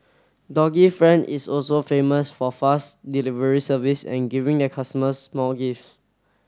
doggy friend is also famous for fast delivery service and giving their customers small gift